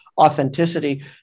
authenticity